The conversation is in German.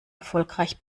erfolgreich